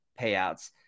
payouts